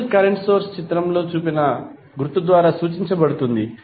ideal current source చిత్రంలో చూపిన గుర్తు ద్వారా సూచించబడుతుంది